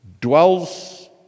dwells